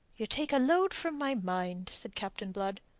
you take a load from my mind, said captain blood.